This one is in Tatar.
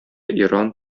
иран